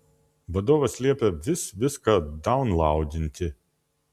vadovas liepia vis viską daunlaudinti